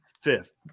Fifth